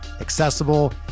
accessible